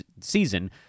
season